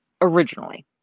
originally